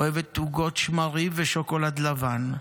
אוהבת עוגות שמרים ושוקולד לבן.